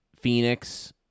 Phoenix